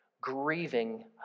grieving